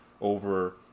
over